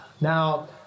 Now